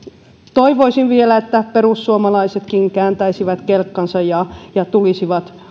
toivoisin vielä että perussuomalaisetkin kääntäisivät kelkkansa ja ja tulisivat